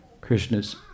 Krishna's